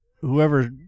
whoever